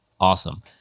awesome